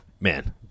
man